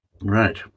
Right